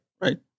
Right